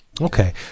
Okay